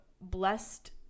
blessed